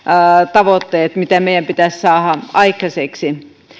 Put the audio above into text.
tavoitteet sille mitä meidän pitäisi saada aikaiseksi